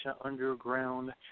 Underground